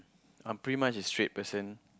I'm pretty much a straight person